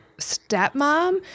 stepmom